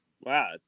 Wow